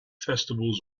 festivals